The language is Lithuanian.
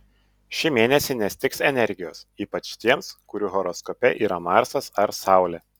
šį mėnesį nestigs energijos ypač tiems kurių horoskope yra marsas ar saulė